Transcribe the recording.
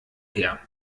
her